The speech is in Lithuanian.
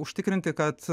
užtikrinti kad